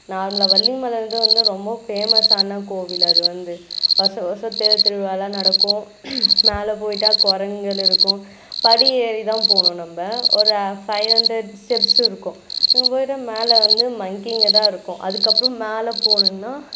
நார்மலாக வள்ளி மலையில தான் வந்து ரொம்ப ஃபேமஸ்ஸான கோவில் அது வந்து வருஷ வருஷம் தேர் திருவிழாலாம் நடக்கும் மேலே போயிவிட்டா குரங்குகள் இருக்கும் படி ஏறி தான் போகணும் நம்ம ஒரு ஃபைவ் ஹண்ட்ரட் ஸ்டெப்ஸ் இருக்கும் அங்கே போயிவிட்டு மேலே வந்து மங்கிங்க தான் இருக்கும் அதற்கப்பறம் மேலே போனோன்னா